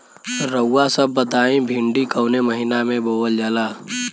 रउआ सभ बताई भिंडी कवने महीना में बोवल जाला?